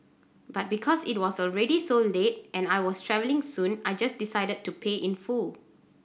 but because it was already so late and I was travelling soon I just decided to pay in full